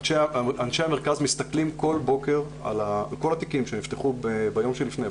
אנשי המרכז מסתכלים כל בוקר על כל התיקים שנפתחו ביום שלפני,